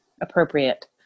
appropriate